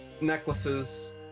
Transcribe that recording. necklaces